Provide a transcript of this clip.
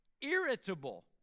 irritable